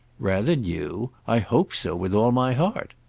rather new? i hope so with all my heart!